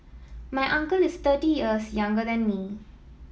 my uncle is thirty years younger than me